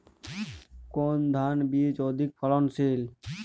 কোন ধান বীজ অধিক ফলনশীল?